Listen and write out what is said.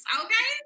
okay